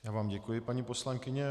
Já vám děkuji, paní poslankyně.